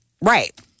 Right